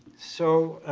so